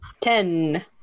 Ten